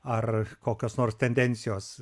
ar kokios nors tendencijos